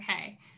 okay